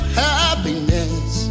happiness